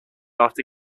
after